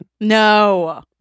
No